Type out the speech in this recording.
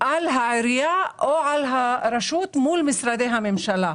על העירייה או על הרשות מול משרדי הממשלה,